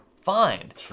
find